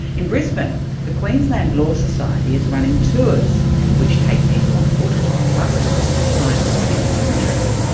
in brisbane, the queensland law society is running tours which take people on foot or on buses to sites of particular interest,